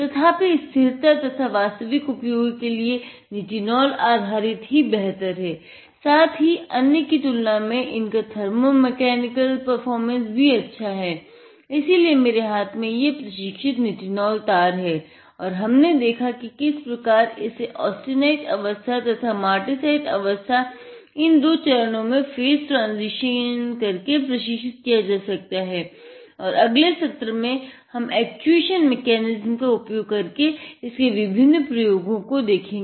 तथापि स्थिरता तथा वास्तविक उपयोगो के लिए निटिनोल आधारित ही बेहतर है साथ ही अन्य की तुलना में इनका थर्मो मैकेनिकल परफॉरमेंस का उपयोग तथा इसके विभिन्न प्रयोग देखेंगे